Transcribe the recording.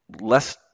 less